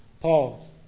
Paul